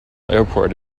airport